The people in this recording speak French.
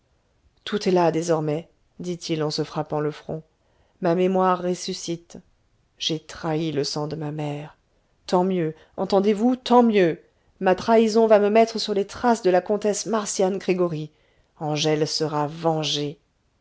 tout est là désormais dit-il en se frappant le front ma mémoire ressuscite j'ai trahi le sang de ma mère tant mieux entendez-vous tant mieux ma trahison va me mettre sur les traces de la comtesse marcian gregoryi angèle sera